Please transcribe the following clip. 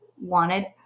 wanted